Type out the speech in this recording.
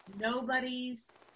nobody's